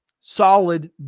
solid